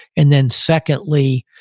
and then, secondly,